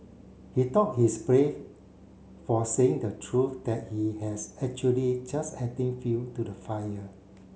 he thought he's brave for saying the truth that he has actually just adding fuel to the fire